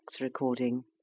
recording